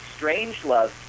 Strangelove